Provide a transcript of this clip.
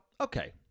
okay